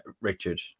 Richard